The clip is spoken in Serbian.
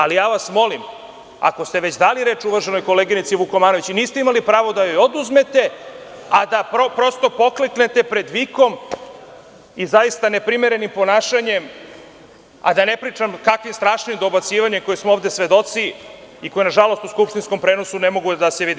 Molim vas, ako ste već dali reč uvaženoj koleginici Vukomanović, niste imali pravo da joj oduzmete, a da pokleknete pred vikom i neprimerenim ponašanjem i da ne pričam kakvim strašnim dobacivanjem, kojem smo ovde svedoci i koje, nažalost, u skupštinskom prenosu ne mogu da se vide.